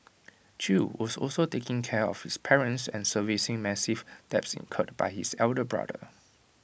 chew was also taking care of his parents and servicing massive debts incurred by his elder brother